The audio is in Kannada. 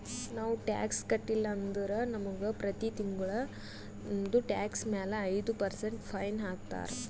ನಾವು ಟ್ಯಾಕ್ಸ್ ಕಟ್ಟಿಲ್ಲ ಅಂದುರ್ ನಮುಗ ಪ್ರತಿ ತಿಂಗುಳ ನಮ್ದು ಟ್ಯಾಕ್ಸ್ ಮ್ಯಾಲ ಐಯ್ದ ಪರ್ಸೆಂಟ್ ಫೈನ್ ಹಾಕ್ತಾರ್